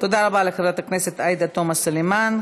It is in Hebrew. תודה רבה לחברת הכנסת עאידה תומא סלימאן.